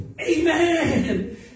Amen